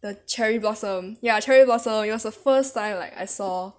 the cherry blossom ya cherry blossom it was the first time like I saw